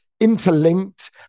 interlinked